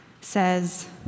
says